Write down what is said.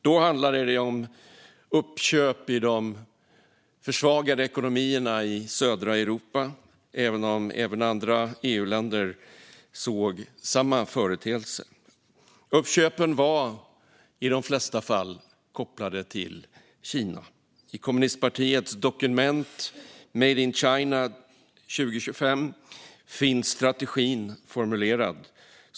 Då handlade det om uppköp i de försvagade ekonomierna i södra Europa, men även andra EU-länder såg samma företeelse. Uppköpen var i de flesta fall kopplade till Kina. I kommunistpartiets dokument Made in China 2025 finns strategin formulerad.